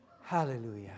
Hallelujah